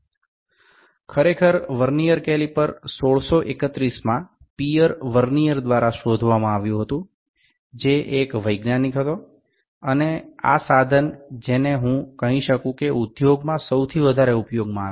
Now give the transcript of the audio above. প্রকৃতপক্ষে ভার্নিয়ার ক্যালিপারটি Pierre Vernier নামের এক বিজ্ঞানী ১৬৩১ সালে আবিষ্কার করেছিলেন এবং এটিই সেই যন্ত্র যা আমি বলতে পারি শিল্পে সবচেয়ে বেশি ব্যবহৃত হয়